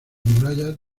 murallas